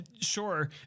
sure